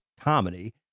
comedy